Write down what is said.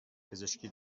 پزشکی